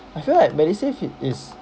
I feel like medisave it is